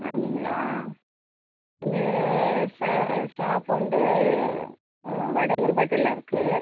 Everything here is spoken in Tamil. அப்படிங்களா இது ச ஷாப் வந்து வடகர் பேட்டையில் இருக்கு